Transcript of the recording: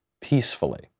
peacefully